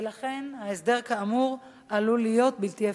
ולכן ההסדר כאמור עלול להיות בלתי אפקטיבי.